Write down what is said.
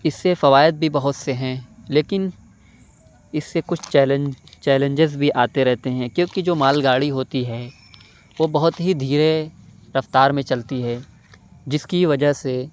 اِس سے فوائد بھی بہت سے ہیں لیکن اِس سے کچھ چیلنج چیلنجز بھی آتے رہتے ہیں کیوں کہ جو مال گاڑی ہوتی ہے وہ بہت ہی دھیرے رفتار میں چلتی ہے جس کی وجہ سے